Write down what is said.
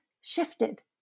shifted